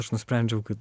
aš nusprendžiau kad